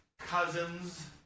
cousin's